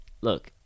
look